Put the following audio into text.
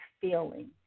feeling